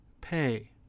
pay